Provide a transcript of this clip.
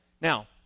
Now